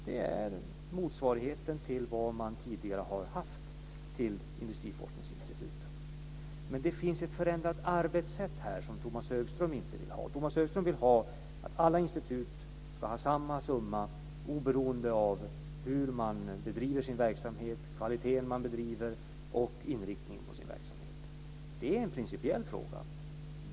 Det är motsvarigheten till vad man tidigare har haft till industriforskningsinstituten. Det är alltså ett förändrat arbetssätt som Tomas Högström inte vill ha. Tomas Högström vill att alla institut ska ha samma summa, oberoende av hur man bedriver sin verksamhet och oberoende av kvaliteten och inriktningen på sin verksamhet. Detta är en principiell fråga.